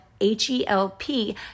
H-E-L-P